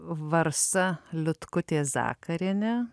varsa liutkutė zakarienė